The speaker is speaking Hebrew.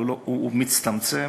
אבל הוא מצטמצם.